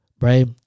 right